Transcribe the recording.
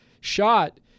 shot